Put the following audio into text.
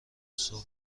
صبح